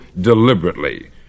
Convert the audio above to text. deliberately